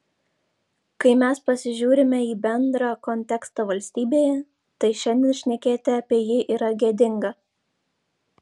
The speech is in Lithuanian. kai mes pasižiūrime į bendrą kontekstą valstybėje tai šiandien šnekėti apie jį yra gėdinga